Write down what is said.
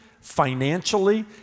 financially